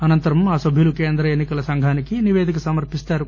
అనంతరం ఆ సభ్యులు కేంద్ర ఎన్ని కల సంఘానికి నిపేదిక సమర్పిస్తారు